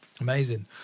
amazing